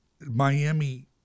Miami